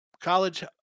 College